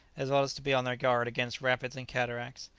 as well as to be on their guard against rapids and cataracts.